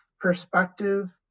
perspective